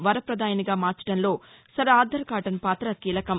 వర్చపదాయనిగా మార్చడంలో sir Arthur Cotton పాత కీలకం